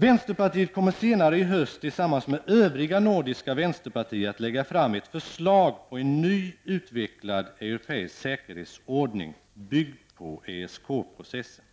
Vänsterpartiet kommer senare i höst tillsammans med övriga nordiska vänsterpartier att lägga fram ett förslag på en ny utvecklad europeisk säkerhetsordning byggd på ESK-processen.